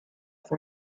fue